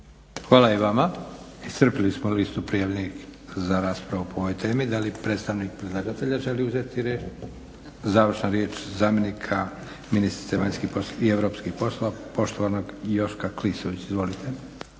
Hvala i vama. Iscrpili smo listu prijavljenih za raspravu po ovoj temi. Da li predstavnik predlagatelja želi uzeti riječ? Završna riječ zamjenika ministrice vanjskih i europskih poslova poštovanog Joška Klisović. Izvolite.